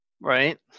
right